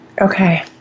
Okay